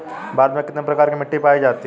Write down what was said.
भारत में कितने प्रकार की मिट्टी पाई जाती हैं?